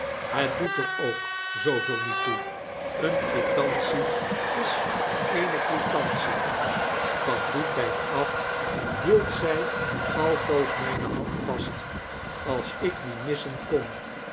het doet er ook zooveel niet toe eene quitantie is eene quitantie van dien tijd af hield zy altoos myne hand vast als ik die missen kon